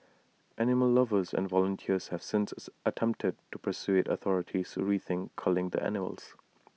animal lovers and volunteers have since attempted to persuade authorities to rethink culling the animals